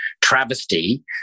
travesty